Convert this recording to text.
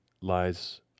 lies